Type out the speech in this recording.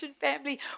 family